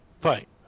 fight